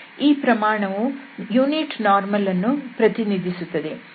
ಈ ಪ್ರಮಾಣವು ಏಕಾಂಶ ಲಂಬ ವನ್ನು ಪ್ರತಿನಿಧಿಸುತ್ತದೆ